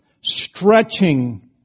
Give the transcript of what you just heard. Stretching